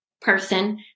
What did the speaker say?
person